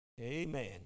Amen